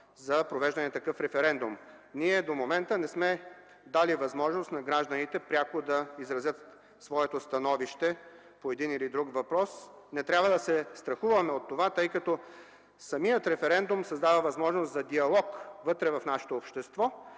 за провеждането на такъв референдум. До момента ние не сме дали възможност на гражданите пряко да изразят своето становище по един или друг въпрос. Не трябва да се страхуваме от това, тъй като самият референдум създава възможност за диалог вътре в нашето общество,